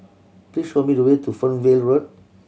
please show me the way to Fernvale Road